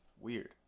Weird